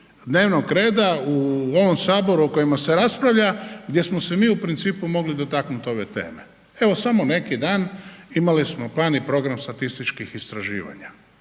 dnevnog reda u ovom saboru o kojima se raspravlja gdje smo se mi u principu mogli dotaknuti ove teme. Evo samo neki dan imali smo plan i program statističkih istraživanja,